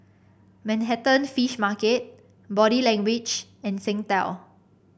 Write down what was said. Manhattan Fish Market Body Language and Singtel